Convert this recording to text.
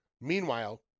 Meanwhile